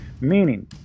Meaning